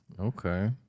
Okay